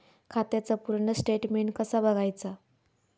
खात्याचा पूर्ण स्टेटमेट कसा बगायचा?